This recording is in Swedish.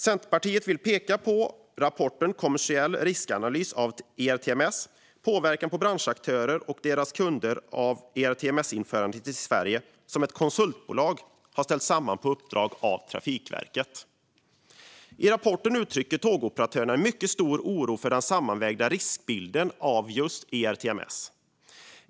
Centerpartiet vill peka på rapporten Kommersiell riskanalys av ERTMS - P åverkan på branschaktörer och deras kunder av ERTMS-införandet i Sverige , som ett konsultbolag har ställt samman på uppdrag av Trafikverket. I rapporten uttrycker tågoperatörerna en mycket stor oro för den sammanvägda riskbilden av ERTMS.